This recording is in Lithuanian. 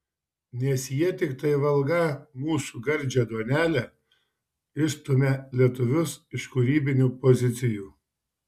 nes jie tiktai valgą mūsų gardžią duonelę išstumią lietuvius iš kūrybinių pozicijų